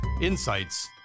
insights